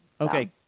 Okay